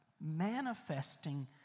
manifesting